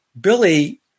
Billy